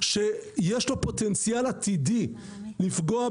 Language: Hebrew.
שיש לו פוטנציאל עתידי לפגוע